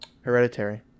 hereditary